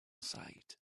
sight